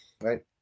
Right